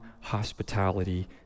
hospitality